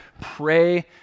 pray